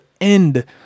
end